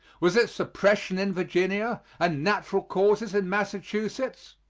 was it suppression in virginia and natural causes in massachusetts?